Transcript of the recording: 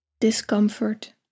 discomfort